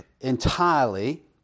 entirely